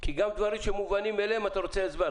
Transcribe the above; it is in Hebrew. כי על דברים שמובנים מאליהם, אתה רוצה הסבר.